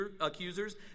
accusers